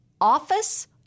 Office